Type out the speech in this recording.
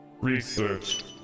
Research